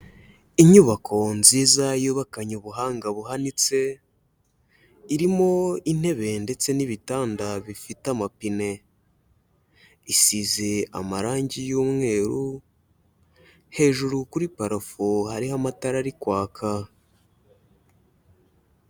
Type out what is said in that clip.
Inyubako nziza yubakanye ubuhanga buhanitse, irimo intebe ndetse n'ibitanda bifite amapine. Isize amarangi y'umweru, hejuru kuri parafo hariho amatara ari kwaka.